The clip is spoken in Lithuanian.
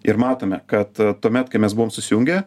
ir matome kad tuomet kai mes buvom susijungę